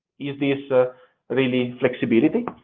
is this ah really flexibility?